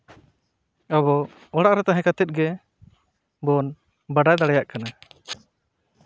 ᱟᱵᱚ ᱚᱲᱟᱜ ᱨᱮ ᱛᱟᱦᱮᱸ ᱠᱟᱛᱮᱫ ᱜᱮᱵᱚᱱ ᱵᱟᱰᱟᱭ ᱫᱟᱲᱮᱭᱟᱜ ᱠᱟᱱᱟ